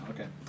okay